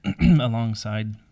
alongside